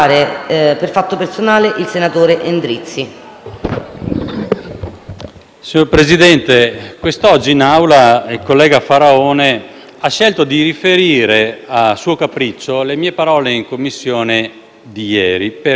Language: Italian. personale, perché quest'oggi in Aula il collega Faraone ha scelto di riferire a suo capriccio le mie parole in Commissione di ieri per poterle ridicolizzare. Ma cosa è accaduto veramente?